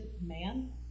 man